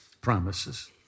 promises